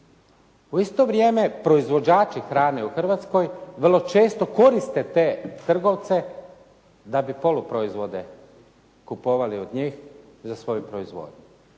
U isto vrijeme proizvođači hrane u Hrvatskoj vrlo često koriste te trgovce da bi poluproizvode kupovali od njih za svoju proizvodnju.